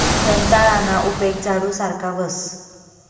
दंताळाना उपेग झाडू सारखा व्हस